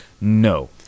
no